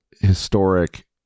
historic